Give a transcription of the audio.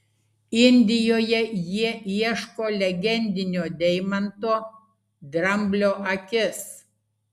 indijoje jie ieško legendinio deimanto dramblio akis